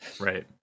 right